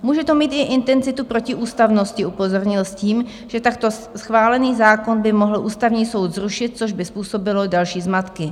Může to mít i intenzitu protiústavnosti, upozornil s tím, že takto schválený zákon by mohl Ústavní soud zrušit, což by způsobilo další zmatky.